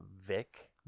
vic